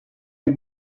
you